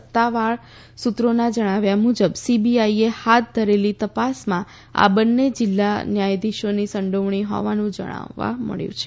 સત્તાવાળ સૂત્રોના જણાવ્યા મુજબ સીબીઆઈએ હાથ ધરેલી તપાસમાં આ બંને જિલ્લા ન્યાયાધીશોની સંડોવણી હોવાનું જાણવા મબ્યું છે